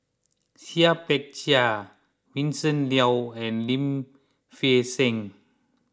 Seah Peck Seah Vincent Leow and Lim Fei Shen